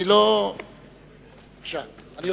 כל